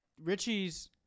Richie's